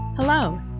Hello